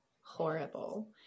horrible